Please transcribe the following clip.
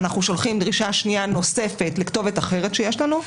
אנחנו שולחים דרישה שנייה נוספת לכתובת אחרת שיש לנו.